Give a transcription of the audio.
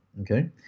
okay